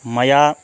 मया